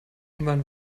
wann